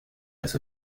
las